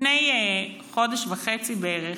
לפני חודש וחצי בערך,